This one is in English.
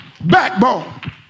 Backbone